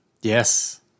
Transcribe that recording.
Yes